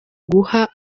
guha